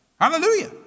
Hallelujah